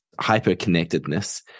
hyper-connectedness